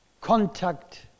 contact